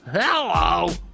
Hello